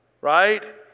right